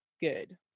good